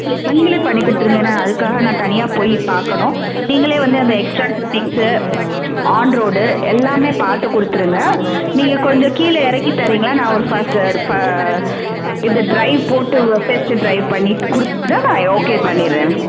நீங்களே பண்ணி கொடுத்துருங்க ஏன்னா அதுக்காக நான் தனியாக போய் பார்க்கணும் நீங்களே வந்து அந்த எக்ஸ்ட்ரா ஃபிட்டிங்க்ஸு ஆன் ரோடு எல்லாம் பார்த்து கொடுத்துருங்க நீங்கள் கொஞ்சம் கீழே இறக்கி தர்றீங்களா நான் ஒரு ஃபர்ஸ்ட் இது ட்ரைவ் போய்ட்டு டெஸ்ட்டு ட்ரைவ் பண்ணிட்டு பிடிச்சிதுன்னா நான் ஓகே பண்ணிடுறேன்